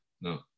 No